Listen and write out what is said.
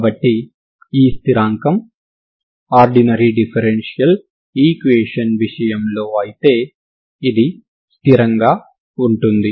కాబట్టి ఈ స్థిరాంకం ఆర్డినరీ డిఫరెన్షియల్ ఈక్వేషన్ విషయంలో అయితే ఇది స్థిరంగా ఉంటుంది